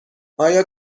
آیا